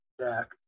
Jack